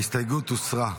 ההסתייגות הוסרה.